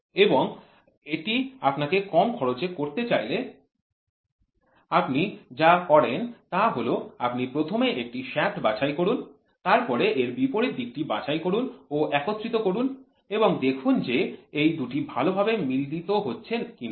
এবং এটি আপনি কম খরচে করতে চাইলে আপনি যা করেন তা হল আপনি প্রথমে একটি শ্যাফ্ট বাছাই করুন তারপরে এর বিপরীত দিকটি বাছাই করুন ও একত্রিত করুন এবং দেখুন যে এই দুটি ভালো ভাবে মিলিত হচ্ছে কিনা